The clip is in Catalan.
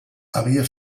havia